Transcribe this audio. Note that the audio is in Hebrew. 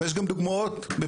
אבל יש גם דוגמאות בפולין,